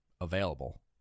available